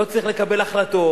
לא צריך לקבל החלטות,